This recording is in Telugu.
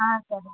సరే అండి